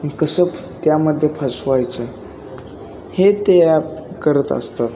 कसं त्यामध्ये फसवायचं हे ते ॲप करत असतात